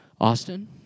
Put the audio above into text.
Austin